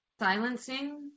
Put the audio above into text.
silencing